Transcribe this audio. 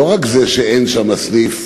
לא רק שאין שם סניף,